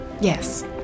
Yes